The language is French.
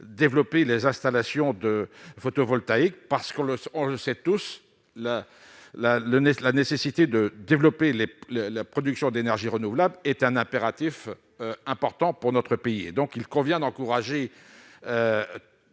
développer les installations de photovoltaïque parce qu'on le sait, on le sait tous, la, la, le nez, la nécessité de développer les la production d'énergie renouvelable est un impératif important pour notre pays et donc il convient d'encourager